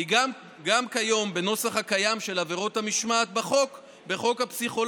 כי גם כיום בנוסח הקיים של עבירות המשמעת בחוק הפסיכולוגים,